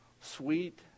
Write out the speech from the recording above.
sweet